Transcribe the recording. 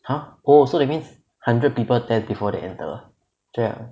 !huh! oh so that means hundred people test before they enter 这样